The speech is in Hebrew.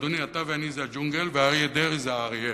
אדוני, אתה ואני זה הג'ונגל, ואריה דרעי זה האריה.